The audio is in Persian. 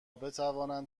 بتوانند